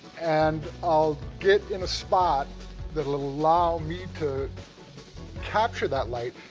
and i'll get in a spot that'll allow me to capture that light,